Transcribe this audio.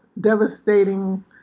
devastating